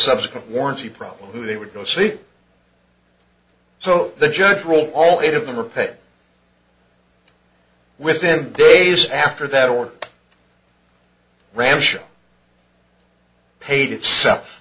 subsequent warranty problem they would go see so the judge roll all eight of them are paid within days after that or rancho paid itself